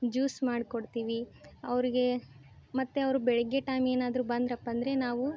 juice ಮಾಡಿ ಕೊಡ್ತೀವಿ ಅವ್ರಿಗೆ ಮತ್ತು ಅವ್ರು ಬೆಳಗ್ಗೆ ಟೈಮ್ ಏನಾದರೂ ಬಂದ್ರಪ್ಪ ಅಂದರೆ ನಾವೂ